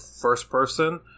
first-person